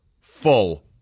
full